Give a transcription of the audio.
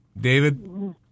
David